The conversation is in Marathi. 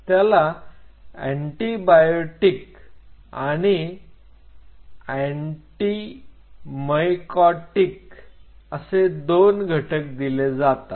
त्याला अँटिबायोटिक आणि अँटिमयकॉटिक असे दोन घटक दिले जातात